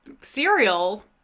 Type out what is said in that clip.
cereal